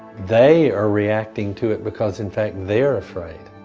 they are reacting to it because in fact they are afraid.